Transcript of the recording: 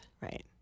Right